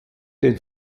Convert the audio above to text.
den